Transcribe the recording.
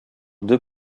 deux